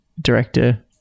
director